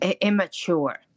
immature